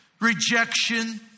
rejection